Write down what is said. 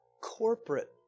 corporate